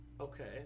Okay